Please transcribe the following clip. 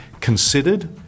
considered